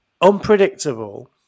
unpredictable